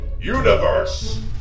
universe